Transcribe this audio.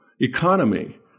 economy